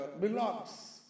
belongs